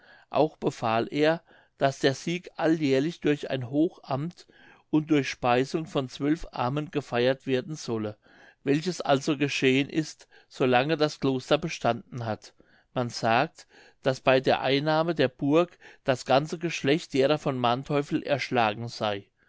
auch befahl er daß der sieg alljährlich durch ein hochamt und durch speisung von zwölf armen gefeiert werden solle welches also geschehen ist so lange das kloster bestanden hat man sagt daß bei der einnahme der burg das ganze geschlecht derer von manteuffel erschlagen sey